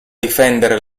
difendere